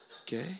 Okay